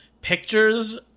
pictures